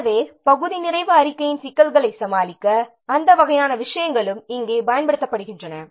எனவே பகுதி நிறைவு அறிக்கையின் சிக்கல்களை சமாளிக்க அந்த வகையான விஷயங்களும் இங்கே பயன்படுத்தப்படுகின்றன